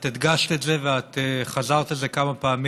את הדגשת את זה וחזרת על זה כמה פעמים,